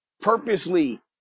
purposely